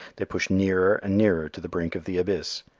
they push nearer and nearer to the brink of the abyss.